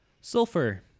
sulfur